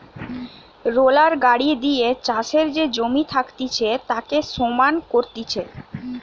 roller গাড়ি দিয়ে চাষের যে জমি থাকতিছে তাকে সমান করতিছে